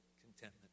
contentment